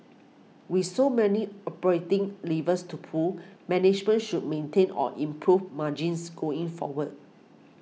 with so many operating levers to pull management should maintain or improve margins going forward